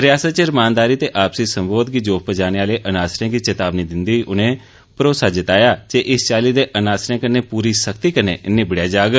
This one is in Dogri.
रियासत च रमानदारी ते आपसी संबोध गी जोफ पजाने आहले अनासरें गी चेतावनी दिंदे होई उनें भरोसा जताया जे इस चाल्ली दे अनासरें कन्ने पूरी सख्ती कन्ने निब्बड़ेया जाग